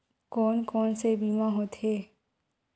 कोन कोन से बीमा होथे?